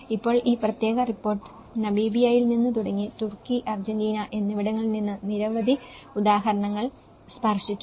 ഇപ്പോൾ ഈ പ്രത്യേക റിപ്പോർട്ട് നമീബിയയിൽ നിന്ന് തുടങ്ങി തുർക്കി അർജന്റീന എന്നിവിടങ്ങളിൽ നിന്ന് നിരവധി ഉദാഹരണങ്ങൾ സ്പർശിച്ചു